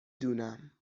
دونم